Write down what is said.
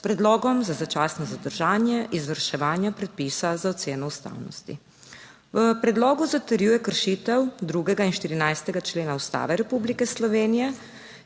s predlogom za začasno zadržanje izvrševanja predpisa za oceno ustavnosti. V predlogu zatrjuje kršitev 2. in 14. člena Ustave Republike Slovenije